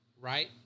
right